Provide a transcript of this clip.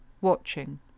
watching